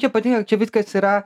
čia patinka čia viskas yra